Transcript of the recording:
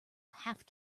have